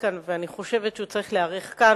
ואני חושבת שהוא צריך להיערך כאן,